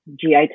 GI